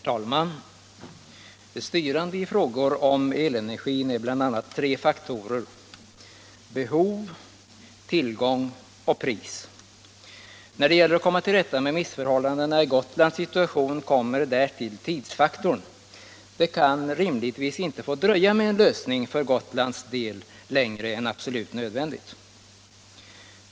Herr talman! Styrande i frågor om elenergin är bl.a. tre faktorer: behov, tillgång och pris. Då det gäller att komma till rätta med missförhållandena i Gotlands situation kommer därtill tidsfaktorn. Det kan rimligtvis inte få dröja med en lösning för Gotlands del längre än absolut nödvändigt.